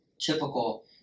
typical